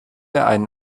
einen